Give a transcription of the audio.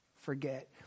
forget